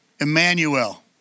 Emmanuel